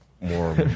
more